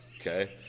okay